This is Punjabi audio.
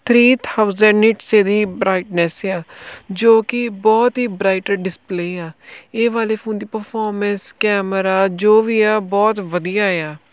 ਥ੍ਰੀ ਥਾਊਜ਼ੈਂਡ ਨੀਟਸ ਇਹਦੀ ਬਰਾਈਟਨੈਸ ਆ ਜੋ ਕਿ ਬਹੁਤ ਹੀ ਬਰਾਈਟਡ ਡਿਸਪਲੇ ਆ ਇਹ ਵਾਲੇ ਫੋਨ ਦੀ ਪਰਫੋਰਮੈਂਸ ਕੈਮਰਾ ਜੋ ਵੀ ਆ ਬਹੁਤ ਵਧੀਆ ਆ